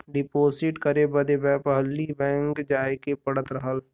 deposit करे बदे पहिले बैंक जाए के पड़त रहल